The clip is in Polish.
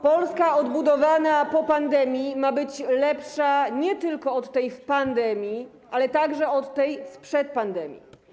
Polska odbudowana po pandemii ma być lepsza nie tylko od tej w pandemii, ale także od tej sprzed pandemii.